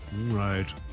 Right